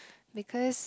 because